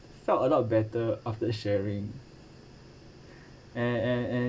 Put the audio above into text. felt a lot better after sharing and and and